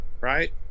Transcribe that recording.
Right